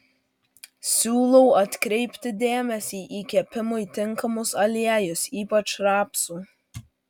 siūlau atkreipti dėmesį į kepimui tinkamus aliejus ypač rapsų